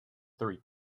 three